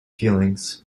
feelings